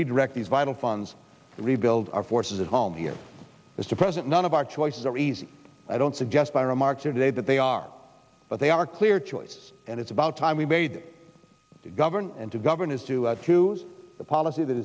redirect these vital funds and rebuild our forces at home here as a present none of our choices are easy i don't suggest by remarks today that they are but they are clear choice and it's about time we made to govern and to govern is to choose the policy that